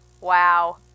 Wow